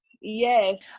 Yes